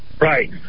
Right